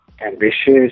ambitious